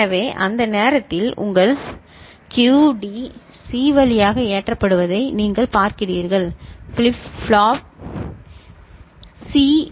எனவே அந்த நேரத்தில் உங்கள் க்யூடி சி வழியாக ஏற்றப்படுவதை நீங்கள் பார்க்கிறீர்கள் ஃபிளாப் சி